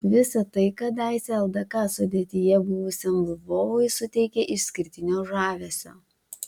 visa tai kadaise ldk sudėtyje buvusiam lvovui suteikia išskirtinio žavesio